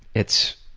it's